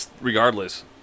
regardless